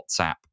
whatsapp